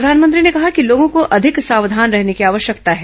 प्रधानमंत्री ने कहा कि लोगों को अधिक सावधान रहने की आवश्यकता है